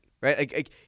right